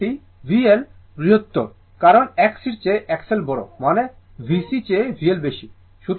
এই সাইডটি VL বৃহত্তর কারণ Xc চেয়ে XL বড় মানে VC চেয়ে VL বেশি